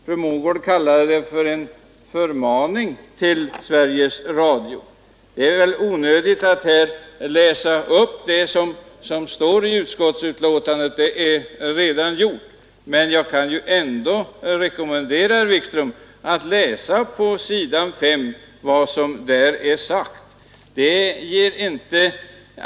Fru Mogård kallade det för en förmaning till Sveriges Radio. Det är väl onödigt att här läsa upp det som står i utskottsbetänkandet — det är redan gjort. Men jag kan ju ändå rekommendera herr Wikström att läsa vad som står på s. 5 i betänkandet.